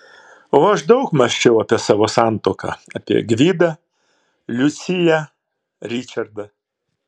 o aš daug mąsčiau apie savo santuoką apie gvidą liuciją ričardą